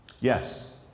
Yes